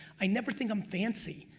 i never think i'm fancy.